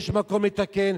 יש מקום לתקן,